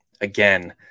again